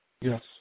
Yes